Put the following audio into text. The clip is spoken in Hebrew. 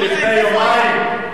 לפני יומיים,